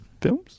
films